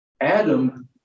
Adam